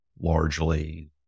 largely